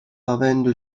avendo